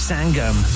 Sangam